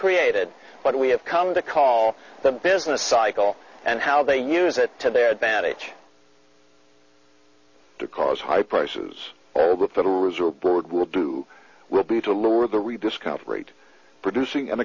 created what we have come to call the business cycle and how they use it to their advantage to cause high prices all the federal reserve board will do will be to lure the rediscover rate producing an